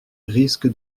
risque